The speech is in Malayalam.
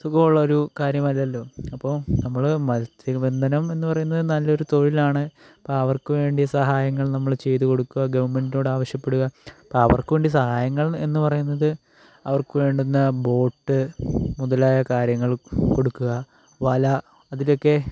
സുഖമുള്ളൊരു കാര്യമല്ലല്ലോ അപ്പോൾ നമ്മൾ മത്സ്യബന്ധനം എന്ന് പറയുന്നത് നല്ലൊരു തൊഴിലാണ് അപ്പം അവർക്കുവേണ്ടി സഹായങ്ങൾ നമ്മള് ചെയ്ത് കൊടുക്കുക ഗവർണ്മെൻറ്റിനോട് ആവശ്യപ്പെടുക അപ്പോൾ അവർക്കുവേണ്ടി സഹായങ്ങൾ എന്ന് പറയുന്നത് അവർക്കു വേണ്ടുന്ന ബോട്ട് മുതലായ കാര്യങ്ങൾ കൊടുക്കുക വല അതിന്റെയൊക്കെ